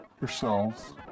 yourselves